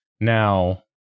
Now